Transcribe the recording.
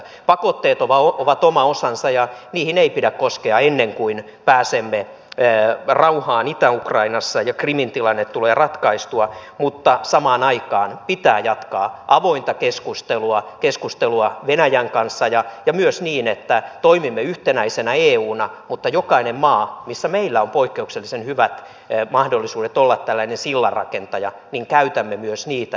pakotteet ovat oma osansa ja niihin ei pidä koskea ennen kuin pääsemme rauhaan itä ukrainassa ja krimin tilanne tulee ratkaistua mutta samaan aikaan pitää jatkaa avointa keskustelua keskustelua venäjän kanssa ja myös niin että toimimme yhtenäisenä euna mutta jokainen maa jolla on poikkeuksellisen hyvät mahdollisuudet olla tällainen sillanrakentaja käyttää myös niitä